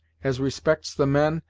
as respects the men,